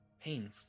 Pain